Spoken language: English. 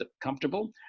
comfortable